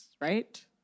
right